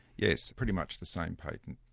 yes, pretty much the same patent.